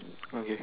okay